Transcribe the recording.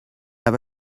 have